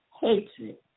hatred